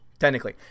Technically